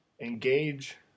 Engage